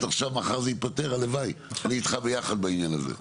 עכשיו מחר זה ייפתר הלוואי אני איתך ביחד בעניין הזה.